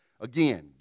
Again